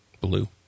Blue